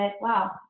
wow